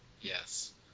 Yes